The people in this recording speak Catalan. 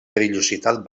perillositat